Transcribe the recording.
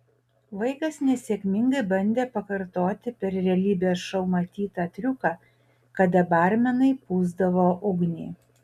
vaikas nesėkmingai bandė pakartoti per realybės šou matytą triuką kada barmenai pūsdavo ugnį